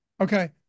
okay